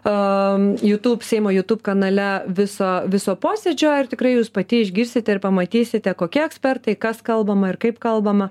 am jutub seimo jutub kanale viso viso posėdžio ir tikrai jūs pati išgirsite ir pamatysite kokie ekspertai kas kalbama ir kaip kalbama